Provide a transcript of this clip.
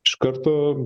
iš karto